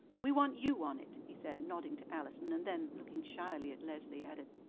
we want you on it, he said, nodding to allison and then, looking shyly at leslie, added,